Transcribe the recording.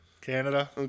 Canada